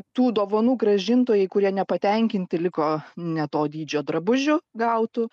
tų dovanų gražintojai kurie nepatenkinti liko ne to dydžio drabužiu gautu